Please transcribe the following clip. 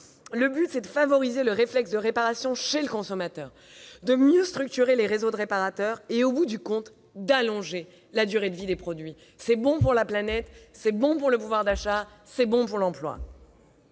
but est de favoriser le réflexe de réparation chez le consommateur, de mieux structurer les réseaux de réparateurs et, au bout du compte, d'allonger la durée de vie des produits. C'est bon pour la planète, c'est bon pour le pouvoir d'achat et c'est bon pour l'emploi